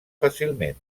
fàcilment